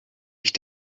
ich